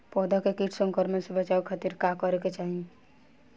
पौधा के कीट संक्रमण से बचावे खातिर का करे के चाहीं?